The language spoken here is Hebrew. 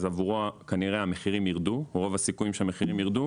עבורו רוב הסיכויים שהמחירים ירדו.